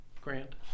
grant